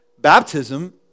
Baptism